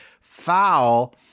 foul